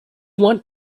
want